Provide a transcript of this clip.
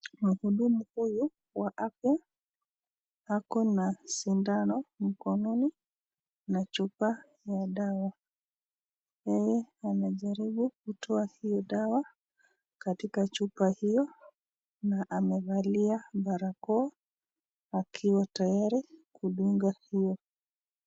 Mhudumu huyu wa afya ako na sindano mkononi na chupa ya dawa, yeye anajaribu kutoa hiyo dawa katika chupa hiyo na amevalia barakoa akiwa tayari kudunga hiyo.